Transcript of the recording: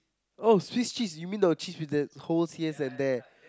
oh Swiss cheese you mean the cheese with that holes heres and there